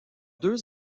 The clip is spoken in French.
deux